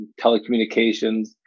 telecommunications